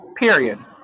Period